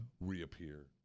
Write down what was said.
reappear